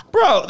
Bro